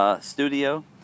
Studio